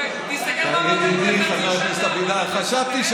תסתכל מה אמרת לפני חצי שנה.